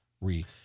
re